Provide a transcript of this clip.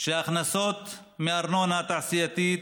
שההכנסות מארנונה תעשייתית,